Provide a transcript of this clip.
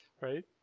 Right